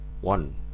one